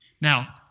Now